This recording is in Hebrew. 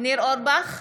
ניר אורבך,